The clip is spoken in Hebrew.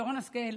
ושרן השכל,